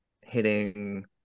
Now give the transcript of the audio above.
hitting